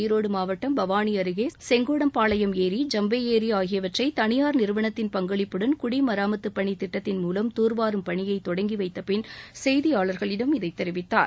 ஈரோடு மாவட்டம் பவானி அருகே செங்கோடம்பாளையம் ஏரி ஜம்பை ஏரி ஆகியவற்றை தனியார் நிறுவனத்தின் பங்களிப்புடன் குடிமராமத்துப் பணி திட்டத்தின்மூலம் தூர்வாரும் பணியை தொடங்கிவைத்தபின் செய்தியாளர்களிடம் இதை தெரிவித்தார்